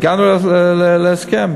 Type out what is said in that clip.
והגענו להסכם.